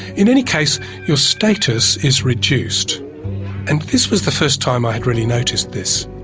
in any case your status is reduced and this was the first time i had really noticed this.